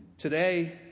Today